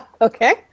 Okay